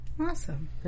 awesome